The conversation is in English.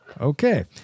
Okay